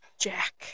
Jack